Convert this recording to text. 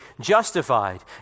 justified